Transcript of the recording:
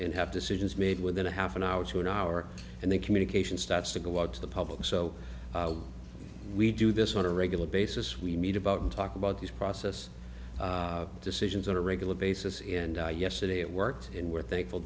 and have decisions made within a half an hour to an hour and the communication starts to go out to the public so we do this on a regular basis we meet about and talk about these process decisions on a regular basis and yesterday it worked and we're thankful